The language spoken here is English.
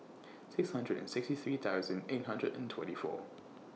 six hundred and sixty three thousand eight hundred and twenty four